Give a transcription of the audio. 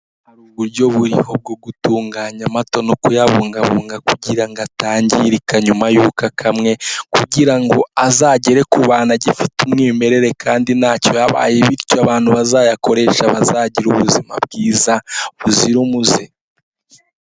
Hari uburyo buriho bwo gutunganya amato no kuyabungabunga kugira ngo atangirika nyuma yuko akamwe, kugira ngo azagere ku bantu agifite umwimerere kandi ntacyo yabaye bityo abantu bazayakoresha bazagire ubuzima bwiza buzira umuze.